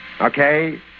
okay